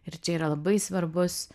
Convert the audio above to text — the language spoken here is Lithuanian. ir čia yra labai svarbus